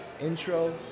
intro